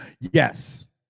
Yes